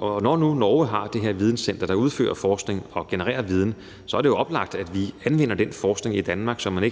når nu Norge har det her videnscenter, der udfører forskning og genererer viden, så er det jo oplagt, at vi anvender den forskning i Danmark, så man